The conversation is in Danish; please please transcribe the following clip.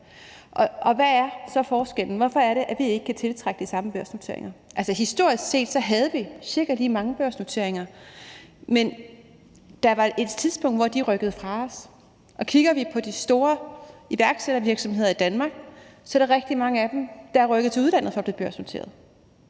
hvad er så forskellen? Hvorfor er det, at vi ikke kan tiltrække de samme børsnoteringer? Altså, historisk set har vi haft cirka lige mange børsnoteringer, men der var et tidspunkt, hvor Sverige rykkede fra os. Og kigger vi på de store iværksættervirksomheder i Danmark, kan vi se, at der er rigtig mange af dem, der er rykket til udlandet for at blive børsnoteret.